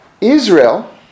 Israel